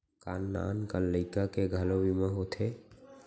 का नान कन लइका के घलो बीमा होथे?